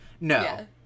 No